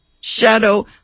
shadow